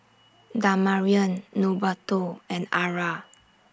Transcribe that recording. Damarion Norberto and Arra